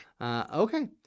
Okay